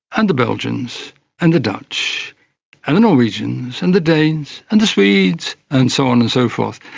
and the belgians and the dutch and the norwegians and the danes and swedes, and so on and so forth.